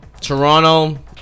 Toronto